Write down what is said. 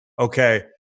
okay